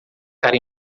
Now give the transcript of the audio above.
cara